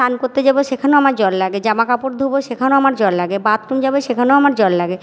স্নান করতে যাব সেখানেও আমার জল লাগে জামাকাপড় ধোবো সেখানেও আমার জল লাগে বাথরুম যাব সেখানেও আমার জল লাগে